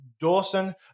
Dawson